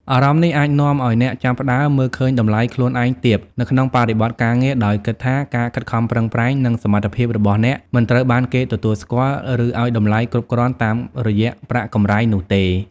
អារម្មណ៍នេះអាចនាំឲ្យអ្នកចាប់ផ្ដើម មើលឃើញតម្លៃខ្លួនឯងទាប នៅក្នុងបរិបទការងារ ដោយគិតថាការខិតខំប្រឹងប្រែង និងសមត្ថភាពរបស់អ្នកមិនត្រូវបានគេទទួលស្គាល់ ឬឲ្យតម្លៃគ្រប់គ្រាន់តាមរយៈប្រាក់កម្រៃនោះទេ។